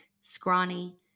scrawny